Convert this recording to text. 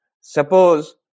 Suppose